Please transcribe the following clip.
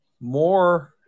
More